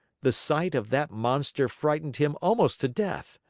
the sight of that monster frightened him almost to death!